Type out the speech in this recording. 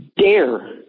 dare